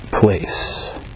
Place